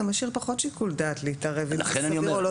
אתה משאיר פחות שיקול דעת להתערב אם זה סביר או לא סביר.